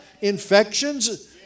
infections